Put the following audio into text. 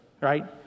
right